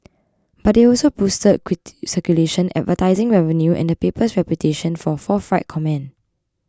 but they also boosted circulation advertising revenue and the paper's reputation for forthright comment